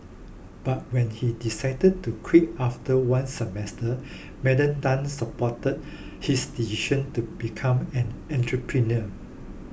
but when he decided to quit after one semester Madam Tan supported his decision to become an entrepreneur